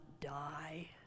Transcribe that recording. die